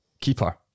Keeper